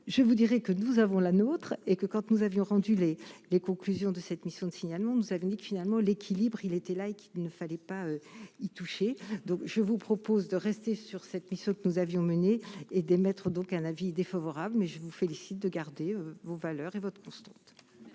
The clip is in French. je vous dirais que nous avons la nôtre et que quand nous avions rendu les les conclusions de cette mission de, finalement, nous avons dit que finalement l'équilibre, il était là et qu'il ne fallait pas y toucher, donc je vous propose de rester sur cette mission que nous avions et d'émettre, donc un avis défavorable, mais je vous félicite de garder vos valeurs et votre constat.